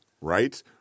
right